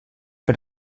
per